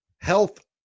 health